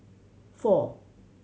four